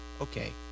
Okay